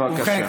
ובכן,